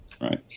right